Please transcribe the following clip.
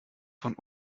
von